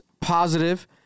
positive